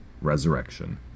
Resurrection